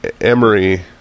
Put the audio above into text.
Emery